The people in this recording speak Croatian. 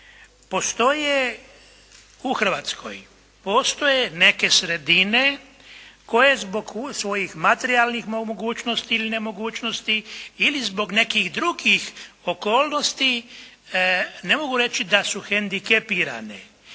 Postoje u Hrvatskoj, postoje neke sredine koje zbog svojih materijalnih mogućnosti ili nemogućnosti ili zbog nekih drugih okolnosti, ne mogu reći da su hendikepirane,